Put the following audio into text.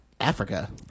Africa